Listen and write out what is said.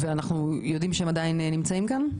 ואנחנו יודעים שהם עדיין נמצאים כאן?